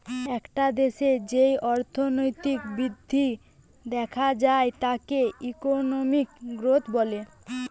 একটা দেশের যেই অর্থনৈতিক বৃদ্ধি দেখা যায় তাকে ইকোনমিক গ্রোথ বলছে